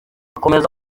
akomeza